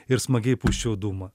ir smagiai pūsčiau dūmą